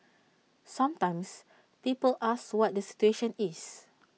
sometimes people ask what the situation is